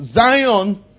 Zion